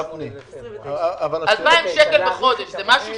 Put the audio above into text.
זה משהו